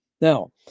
Now